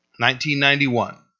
1991